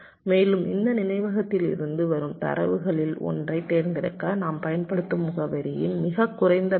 மேலும் இந்த நினைவகத்திலிருந்து வரும் தரவுகளில் ஒன்றைத் தேர்ந்தெடுக்க நாம் பயன்படுத்தும் முகவரியின் மிகக் குறைந்த பிட்